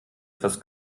etwas